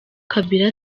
kabila